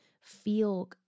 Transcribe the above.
feel